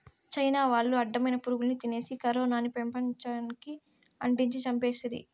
China వాళ్లు అడ్డమైన పురుగుల్ని తినేసి కరోనాని పెపంచానికి అంటించి చంపేస్తిరి